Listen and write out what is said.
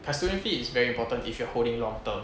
custodian fee is very important if you're holding long term